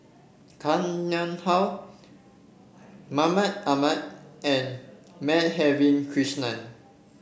Koh Nguang How Mahmud Ahmad and Madhavi Krishnan